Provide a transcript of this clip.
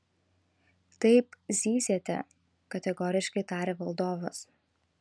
taip zyziate kategoriškai tarė valdovas